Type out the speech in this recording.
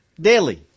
daily